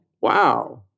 Wow